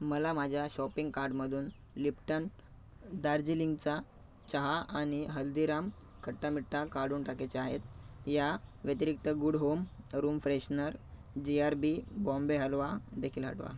मला माझ्या शॉपिंग कार्टमधून लिप्टन दार्जिलिंगचा चहा आणि हल्दीराम खट्टा मिठा काढून टाकायचे आहेत या व्यतिरिक्त good home room freshener G R B Bombay halwa देखील हटवा